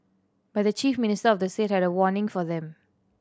but the chief minister of the state had a warning for them